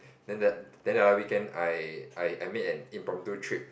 then the then the other weekend I I made an impromptu trip